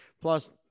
plus